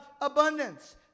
abundance